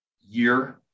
year